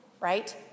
Right